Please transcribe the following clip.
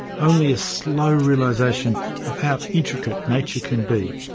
only a slow realisation of how intricate nature can be,